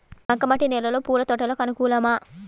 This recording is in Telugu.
బంక మట్టి నేలలో పూల తోటలకు అనుకూలమా?